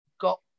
got